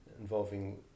involving